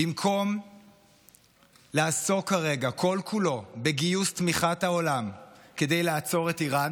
במקום לעסוק כרגע כל-כולו בגיוס תמיכת העולם כדי לעצור את איראן,